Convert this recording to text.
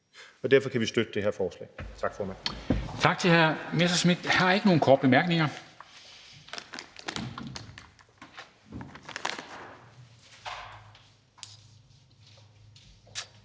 Derfor kan vi støtte det her forslag. Tak, formand.